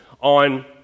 on